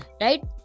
right